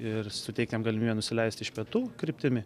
ir suteikt jam galimybę nusileist iš pietų kryptimi